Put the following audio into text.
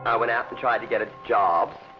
i went out and tried to get a job,